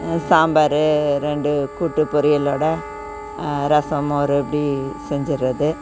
சாம்பார் ரெண்டு கூட்டு பொரியலோட ரசம் மோர் இப்படி செஞ்சிடுறது